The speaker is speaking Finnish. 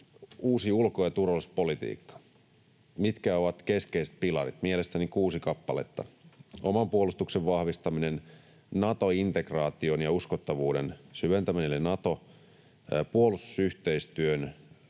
uusi ulko- ja turvallisuuspolitiikka, mitkä ovat keskeiset pilarit. Mielestäni kuusi kappaletta: oman puolustuksen vahvistaminen, Nato-integraation ja uskottavuuden syventäminen eli Nato-puolustusyhteistyön